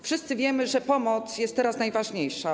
Wszyscy wiemy, że pomoc jest teraz najważniejsza.